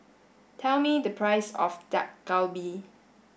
tell me the price of Dak Galbi